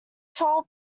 troll